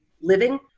living